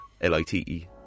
L-I-T-E